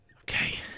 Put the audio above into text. Okay